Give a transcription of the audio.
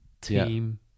team